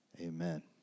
amen